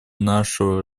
нашего